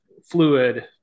Fluid